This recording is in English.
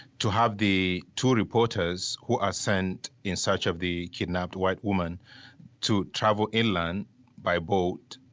to have the two reporters who ascend in search of the kidnapped white woman to travel inland by book,